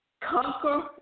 conquer